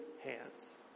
hands